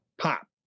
Pop